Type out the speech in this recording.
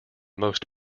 most